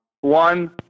One